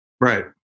right